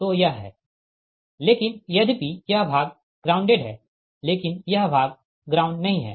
तो यह है लेकिन यधपि यह भाग ग्राउंडेड है लेकिन यह भाग ग्राउंड नही है